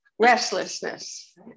Restlessness